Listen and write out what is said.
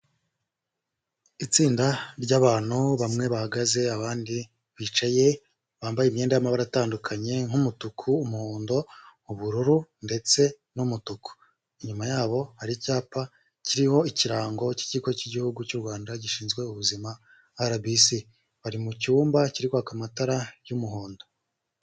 Itsinda ry'abantutu bamwe bahagaze abandi bicaye, bambaye imyenda y'amabara atandukanye nk'umutuku, umuhondo, ubururu ndetse n'umutuku, inyuma yabo hari icyapa kiriho ikirango cy'ikigo cy'igihugu cy'u Rwanda gishinzwe ubuzima RBC, bari mu cyumba kirikwakwa amatara y'umuhondo.